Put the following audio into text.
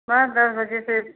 सुबह दस बजे से